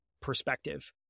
perspective